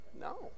No